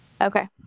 Okay